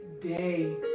day